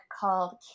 called